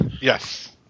Yes